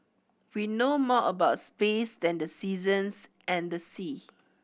we know more about space than the seasons and the sea